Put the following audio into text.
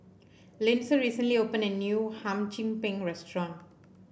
Lindsay recently opened a new Hum Chim Peng restaurant